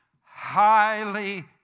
highly